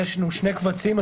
יש לנו שני קבצים.